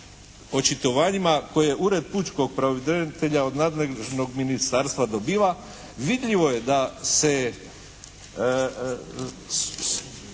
očitovanjima kojeg Ured pučkog pravobranitelja od nadležnog ministarstva dobiva vidljivo je da se